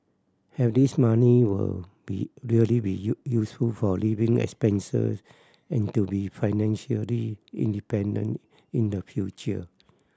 have this money will be really be useful for living expense and to be financially independent in the future